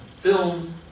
film